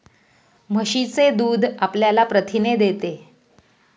म्हशीचे दूध आपल्याला प्रथिने देते